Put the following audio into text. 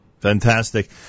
Fantastic